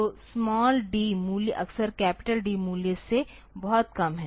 तो small D मूल्य अक्सर कैपिटलD मूल्य से बहुत कम है